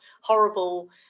horrible